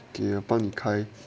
给帮你开